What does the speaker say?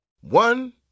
One